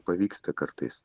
pavyksta kartais